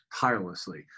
tirelessly